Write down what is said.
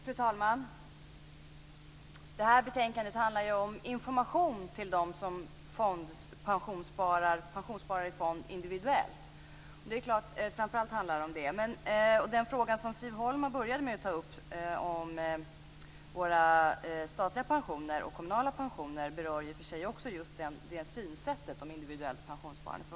Fru talman! Det här betänkandet handlar framför allt om information till dem som pensionssparar i fond individuellt. Den fråga som Siv Holma började med att ta upp, om våra statliga och kommunala pensioner, berör i och för sig också just det synsättet på individuellt pensionssparande.